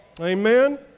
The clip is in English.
Amen